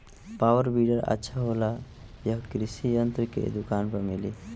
Power weeder अच्छा होला यह कृषि यंत्र के दुकान पर मिली?